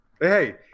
Hey